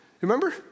remember